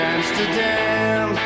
Amsterdam